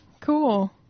Cool